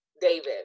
David